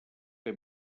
que